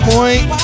Point